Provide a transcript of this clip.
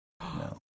No